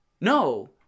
No